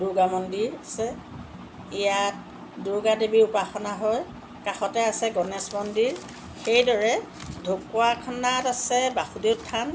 দুৰ্গামন্দিৰ আছে ইয়াত দুৰ্গাদেৱীৰ উপাসনা হয় কাষতে আছে গণেশ মন্দিৰ সেইদৰে ঢকুৱাখানাত আছে বাসুদেৱ থান